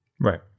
Right